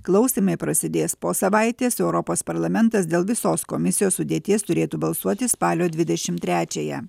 klausymai prasidės po savaitės europos parlamentas dėl visos komisijos sudėties turėtų balsuoti spalio dvidešimt trečiąją